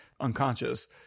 unconscious